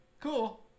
Cool